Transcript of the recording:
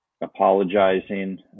apologizing